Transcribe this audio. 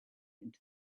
into